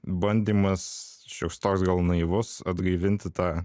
bandymas šioks toks gal naivus atgaivinti tą